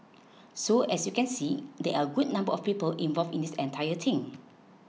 so as you can see there are a good number of people involved in this entire thing